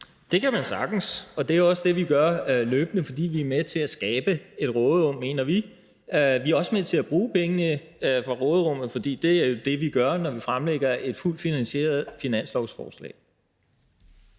Det kan man sagtens, og det er også det, vi gør løbende, fordi vi er med til at skabe et råderum, mener vi. Vi er også med til at bruge pengene fra råderummet, for det er det, vi gør, når vi lægger et fuldt finansieret finanslovsforslag